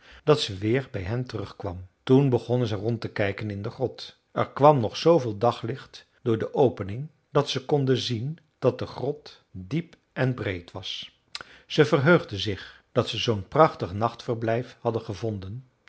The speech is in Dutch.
dat ze weer bij hen terugkwam toen begonnen zij rond te kijken in de grot er kwam nog zooveel daglicht door de opening dat ze konden zien dat de grot diep en breed was zij verheugden zich dat ze zoo'n prachtig nachtverblijf hadden gevonden